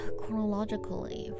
chronologically